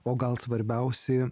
o gal svarbiausi